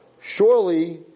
Surely